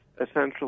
essentially